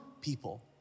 people